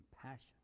compassion